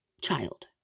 child